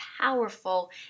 powerful